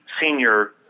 senior